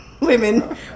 women